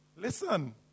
listen